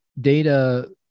Data